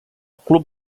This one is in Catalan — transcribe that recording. club